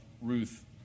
Ruth